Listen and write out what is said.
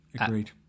Agreed